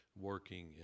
working